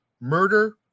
Murder